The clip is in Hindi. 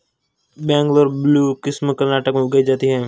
बंगलौर ब्लू किस्म कर्नाटक में उगाई जाती है